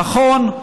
נכון,